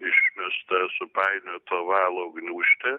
išmesta supainioto valo gniūžtė